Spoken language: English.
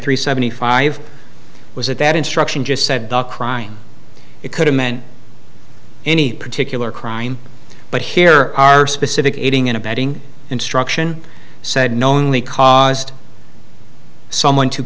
three seventy five was that that instruction just said crime it could amend any particular crime but here are specific aiding and abetting instruction said knowingly caused someone to